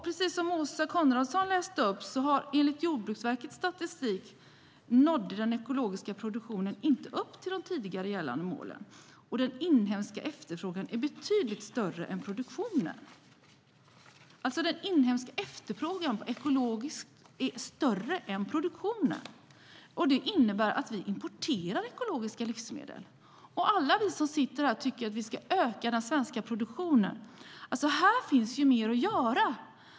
Precis som Åsa Coenraads läste upp nådde den ekologiska produktionen, enligt Jordbruksverkets statistik, inte upp till de tidigare gällande målen, och den inhemska efterfrågan är betydligt större än produktionen. Den inhemska efterfrågan på ekologiska livsmedel är alltså större än produktionen, och det innebär att vi importerar ekologiska livsmedel. Alla vi som sitter här tycker att vi ska öka den svenska produktionen. Alltså finns det mer att göra.